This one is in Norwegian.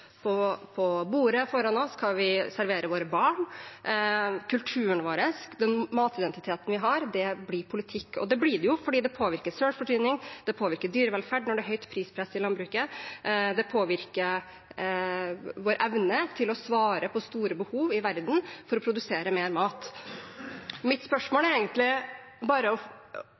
på bordet foran oss, hva vi serverer våre barn, kulturen vår, den matidentiteten vi har – blir politikk. Det blir det fordi det påvirker selvforsyning, det påvirker dyrevelferd når det er høyt prispress i landbruket, og det påvirker vår evne til å svare på store behov i verden for å produsere mer mat. Jeg ønsker egentlig bare